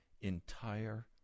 entire